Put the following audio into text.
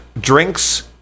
drinks